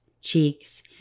cheeks